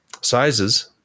sizes